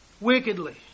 wickedly